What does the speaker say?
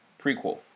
Prequel